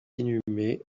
inhumée